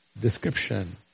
description